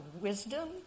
wisdom